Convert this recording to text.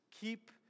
keep